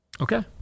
Okay